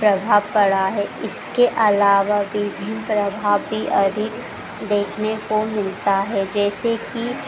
प्रभाव पड़ा है इसके अलावा विभिन्न प्रभाव भी अधिक देखने को मिलता है जैसे कि